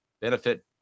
benefit